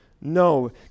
no